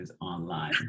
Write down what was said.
online